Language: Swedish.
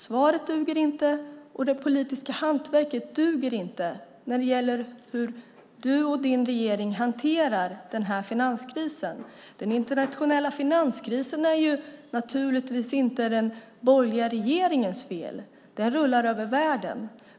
Svaret duger inte, och det politiska hantverket duger inte när det gäller hur du och din regering hanterar den här finanskrisen. Den internationella finanskrisen är naturligtvis inte den borgerliga regeringens fel. Den rullar över världen.